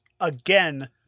again